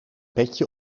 petje